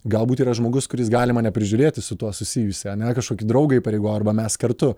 galbūt yra žmogus kuris gali mane prižiūrėti su tuo susijusį ane ar kažkokį draugą įpareigoju arba mes kartu